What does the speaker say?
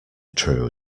true